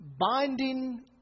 binding